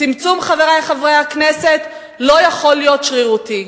חברי חברי הכנסת, לא יכול להיות שרירותי,